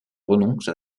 renonce